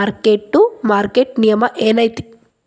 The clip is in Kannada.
ಮಾರ್ಕ್ ಟು ಮಾರ್ಕೆಟ್ ನಿಯಮ ಏನೈತಿ